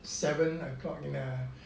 seven o'clock and err